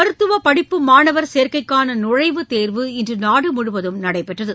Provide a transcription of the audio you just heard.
மருத்துவப் படிப்பு மாணவர் சேர்க்கைக்கான நுழைவுத் தேர்வு இன்று நாடுமுழுவதும் நடைபெற்றது